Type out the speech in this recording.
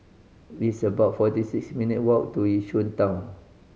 it's about forty six minutes' walk to Yishun Town